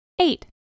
Eight